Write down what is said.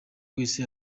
wese